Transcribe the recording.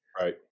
right